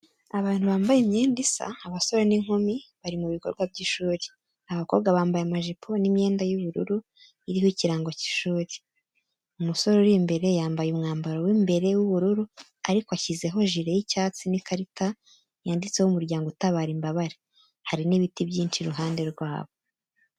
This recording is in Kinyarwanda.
Abantu bambaye imyenda isa, abasore n’inkumi, bari mu bikorwa by’ishuri. Abakobwa bambaye amajipo n’imyenda y'ubururu iriho ikirango cy’ishuri. Umusore uri imbere yambaye umwambaro w’imbere w’ubururu ariko ashyizeho jire y’icyatsi n’ikarita yanditseho umuryango utabara imbabare, hari n'ibti byinshi iruhande rwabo.